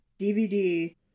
dvd